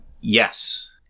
Yes